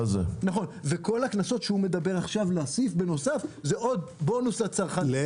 וכל הקנסות שהוא מדבר עכשיו להוסיף זה עוד בונוס לצרכנים.